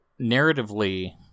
narratively